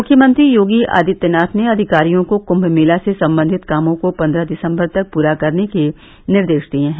मुख्यमंत्री योगी आदित्यनाथ ने अधिकारियों को कुम्भ मेला से संबंधित कामों को पन्द्रह दिसम्बर तक पूरा करने के निर्देश दिये हैं